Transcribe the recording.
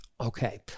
Okay